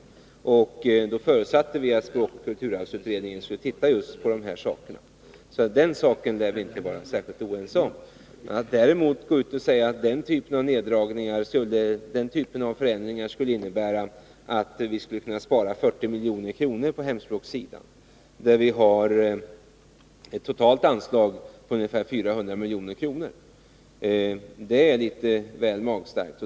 Vi förutsatte då att språkoch kulturarvsutredningen skulle se över just dem. Så dessa saker lär vi inte vara särskilt oense om. Men att säga att man genom den typ av förändringar som föreslås i motionen skulle kunna spara 40 milj.kr. när det gäller hemspråksundervisningen, där anslaget totalt uppgår till ungefär 400 milj.kr., är litet väl magstarkt.